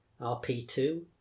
RP2